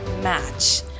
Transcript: match